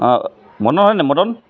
মদন হয় নাই মদন